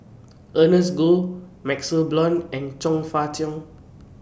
Ernest Goh MaxLe Blond and Chong Fah Cheong